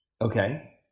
Okay